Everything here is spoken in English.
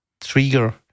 trigger